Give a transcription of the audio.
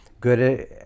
Good